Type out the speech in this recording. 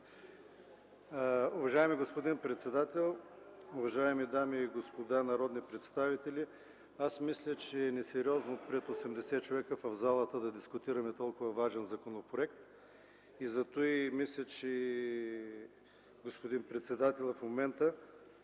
Уважаеми господин председател, уважаеми дами и господа народни представители! Мисля, че е несериозно пред 80 човека в залата да дискутираме толкова важен законопроект. Господин председателят в момента